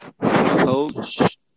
coach